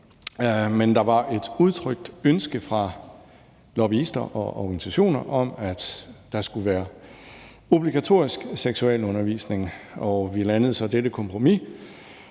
Men der var et udtrykt ønske fra lobbyister og organisationer om, at der skulle være obligatorisk seksualundervisning, og vi landede så dette kompromis.